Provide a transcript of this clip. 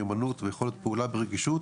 מיומנות ויכולת פעולה ברגישות